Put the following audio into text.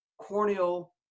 corneal